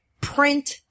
print